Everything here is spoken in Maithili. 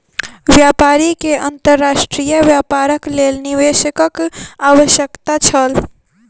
व्यापारी के अंतर्राष्ट्रीय व्यापारक लेल निवेशकक आवश्यकता छल